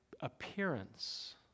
appearance